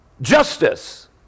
justice